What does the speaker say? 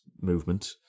movement